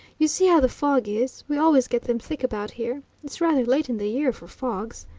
you see how the fog is we always get them thick about here it's rather late in the year for fogs.